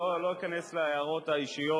לא אכנס להערות האישיות